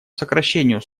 сокращению